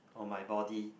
on my body